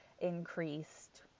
increased